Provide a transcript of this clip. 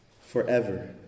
forever